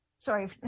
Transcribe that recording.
Sorry